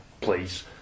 please